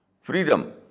freedom